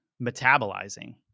metabolizing